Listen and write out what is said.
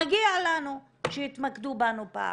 מגיע לנו שיתמקדו בנו פעם.